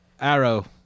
Arrow